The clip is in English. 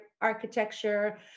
architecture